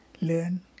learn